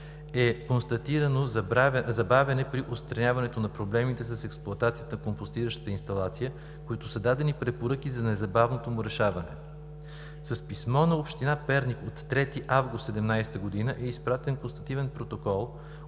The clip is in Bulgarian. е констатирано забавяне при отстраняването на проблемите с експлоатацията на компостиращата инсталация, като са дадени препоръки за незабавното му решаване. С писмо на община Перник от 3 август 2017 г. е изпратен констативен протокол